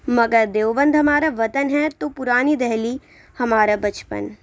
مگر دیوبند ہمارا وطن ہے تو پُرانی دہلی ہمارا بچپن